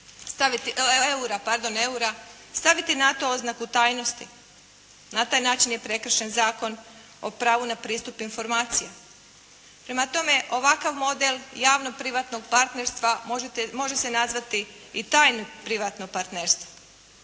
staviti na to oznaku tajnosti, na taj način je prekršen Zakon o pravu na pristup informacija. Prema tome, ovakav model javno privatnog partnerstva može se nazvati i tajno privatno partnerstvo.